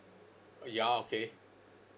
uh ya okay